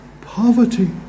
poverty